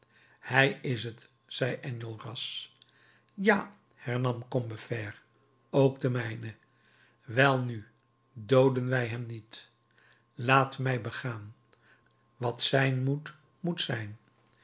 hij is t zei enjolras ja hernam combeferre ook de mijne welnu dooden wij hem niet laat mij begaan wat zijn moet moet zijn